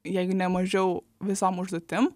jeigu ne mažiau visom užduotim